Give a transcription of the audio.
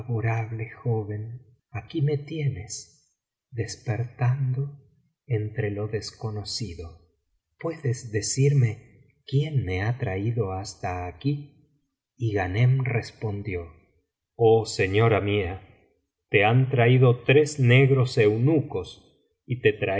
joven aquí me tienes despertando entre lo desconocido puedes decirme quién me ha traído hasta aquí y ghanem respondió oh señora mía te han traído tres negros eunucos y te